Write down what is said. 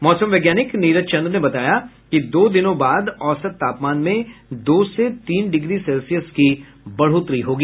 मौसम वैज्ञानिक नीरज चंद्र ने बताया कि दो दिनों बाद औसत तापमान में दो से तीन डिग्री सेल्सियस की बढ़ोतरी होगी